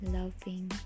loving